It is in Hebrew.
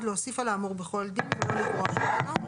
להוסיף על האמור בכל דין ולא לגרוע ממנו.